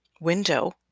window